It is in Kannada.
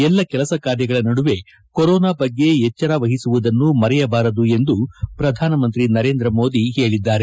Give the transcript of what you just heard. ಎಲ್ಲ ಕೆಲಸ ಕಾರ್ಯಗಳ ನಡುವೆ ಕೊರೋನಾ ಬಗ್ಗೆ ಎಚ್ವರ ವಹಿಸುವುದನ್ನು ಮರೆಯಬಾರದು ಎಂದು ಪ್ರಧಾನಮಂತ್ರಿ ನರೇಂದ್ರ ಮೋದಿ ಹೇಳಿದ್ದಾರೆ